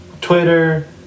Twitter